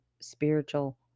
spiritual